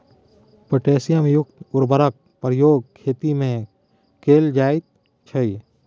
potassium युक्त उर्वरकक प्रयोग खेतीमे कैल जाइत छै